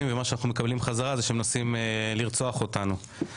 ומה שאנחנו מקבלים חזרה זה שמנסים לרצוח אותנו.